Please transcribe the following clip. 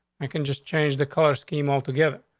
i can just change the color scheme altogether.